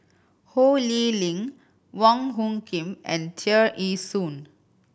Ho Lee Ling Wong Hung Khim and Tear Ee Soon